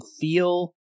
feel